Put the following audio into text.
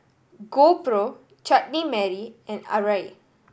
GoPro Chutney Mary and Arai